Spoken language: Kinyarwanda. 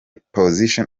position